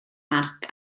marc